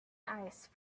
ice